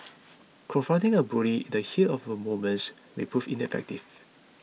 confronting a bully in the heat of the moments may prove ineffective